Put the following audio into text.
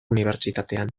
unibertsitatean